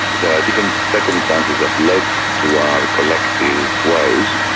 there are different circumstances that led to our collective woes,